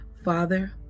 Father